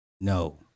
no